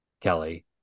Kelly